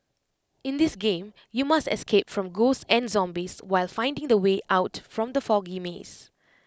in this game you must escape from ghosts and zombies while finding the way out from the foggy maze